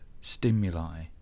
stimuli